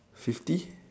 fifty